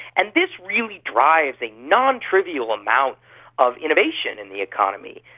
and this really drives a nontrivial amount of innovation in the economy.